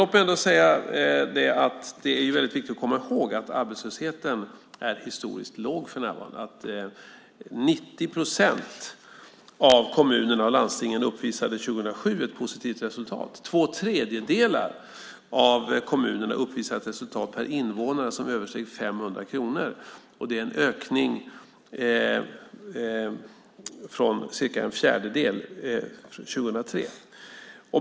Låt mig dock säga att det är viktigt att komma ihåg att arbetslösheten är historiskt låg för närvarande och att 90 procent av kommunerna och landstingen uppvisade ett positivt resultat 2007. Två tredjedelar av kommunerna uppvisade ett resultat per invånare som översteg 500 kronor, en ökning från cirka en fjärdedel 2003.